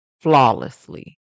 Flawlessly